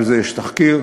יש על זה תחקיר.